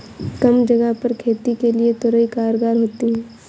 कम जगह पर खेती के लिए तोरई कारगर होती है